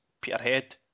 Peterhead